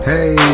Hey